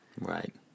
Right